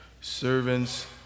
Servants